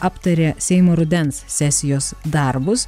aptarė seimo rudens sesijos darbus